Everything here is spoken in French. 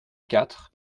quatre